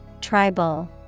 Tribal